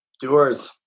Doors